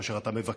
כאשר אתה מבקר,